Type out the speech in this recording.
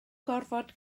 gorfod